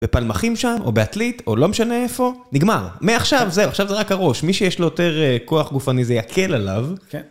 בפלמחים שם, או בעתלית, או לא משנה איפה, נגמר. מעכשיו זהו, עכשיו זה רק הראש, מי שיש לו יותר כוח גופני זה יקל עליו.